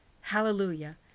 Hallelujah